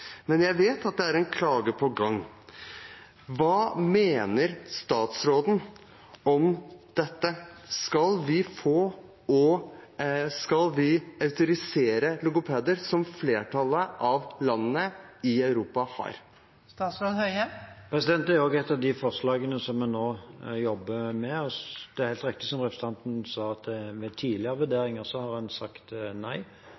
Men jeg vet at det er en klage på gang. Hva mener statsråden om dette? Skal vi autorisere logopeder, slik flertallet av landene i Europa har gjort? Det er også et av de forslagene som vi nå jobber med. Det er helt riktig som representanten sa, at ved tidligere vurderinger har man sagt nei.